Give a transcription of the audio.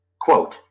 Quote